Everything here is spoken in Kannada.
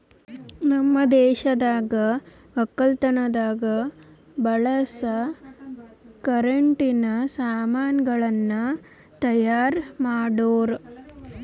ನಮ್ ದೇಶದಾಗ್ ವಕ್ಕಲತನದಾಗ್ ಬಳಸ ಕರೆಂಟಿನ ಸಾಮಾನ್ ಗಳನ್ನ್ ತೈಯಾರ್ ಮಾಡೋರ್